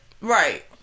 right